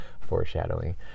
Foreshadowing